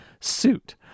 suit